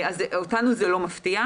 אז אותנו זה לא מפתיע.